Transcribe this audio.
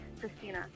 Christina